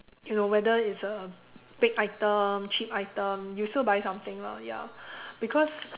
you know whether it's a big item cheap item you will still buy something lah ya because